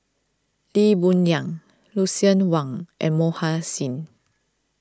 Lee Boon Yang Lucien Wang and Mohan Singh